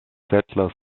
settlers